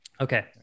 Okay